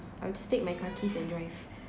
I'll just take my car keys and drive